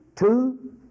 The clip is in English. Two